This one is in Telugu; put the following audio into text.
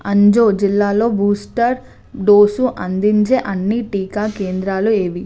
అంజో జిల్లాలో బూస్టర్ డోసు అందించే అన్ని టీకా కేంద్రాలు ఏవి